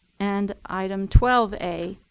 and item twelve a,